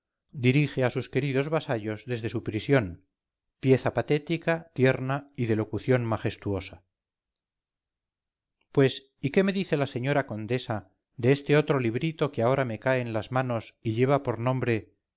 dirige a sus queridos vasallos desde su prisión pieza patética tierna y de locución majestuosa pues y qué me dice la señora condesa de este otro librito que ahora me cae en las manos y lleva por nombre